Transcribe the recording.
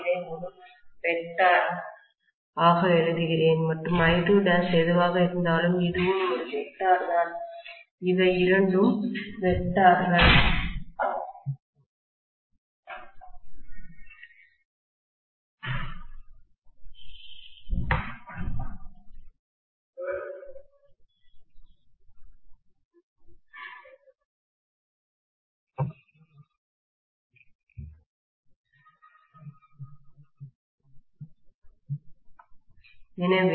நான் இதை ஒரு வெக்டார்திசையன் ஆக எழுதுகிறேன் மற்றும் I2' எதுவாக இருந்தாலும் இதுவும் ஒரு வெக்டார்திசையன் தான் இவை இரண்டும் வெக்டார்கள் திசையன்கள்